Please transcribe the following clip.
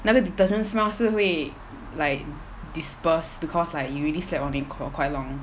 那个 detergent smell 是会 like disperse because like you already slept on it for quite long